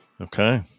Okay